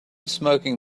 smoking